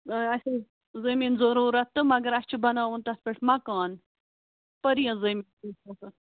اَسہِ اوس زٔمیٖن ضٔروٗرَت تہٕ مگر اَسہِ چھُ بَناوُن تَتھ پٮ۪ٹھ مَکان